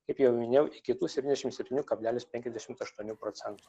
kaip jau minėjau iki tų septyniasdešim septynių kablelis penkiasdešimt aštuonių procentų